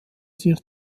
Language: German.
sich